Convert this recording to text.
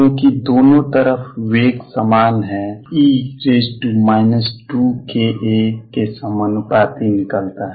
क्योंकि दोनों तरफ वेग समान है e 2ka के समानुपाती निकलता है